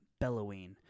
bellowing